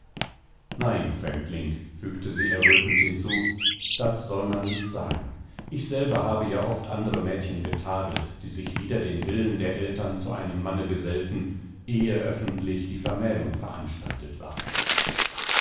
nein fremdling fügte sie errötend hinzu das soll man nicht sagen ich selber habe ja oft andere mädchen getadelt die sich wider den willen der eltern zu einem manne gesellten ehe öffentlich die vermählung veranstaltet war